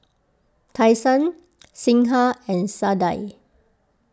Tai Sun Singha and Sadia